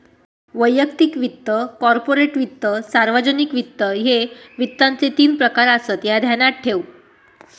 वैयक्तिक वित्त, कॉर्पोरेट वित्त, सार्वजनिक वित्त, ह्ये वित्ताचे तीन प्रकार आसत, ह्या ध्यानात ठेव